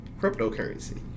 cryptocurrency